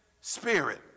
spirit